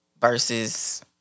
versus